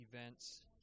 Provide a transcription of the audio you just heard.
events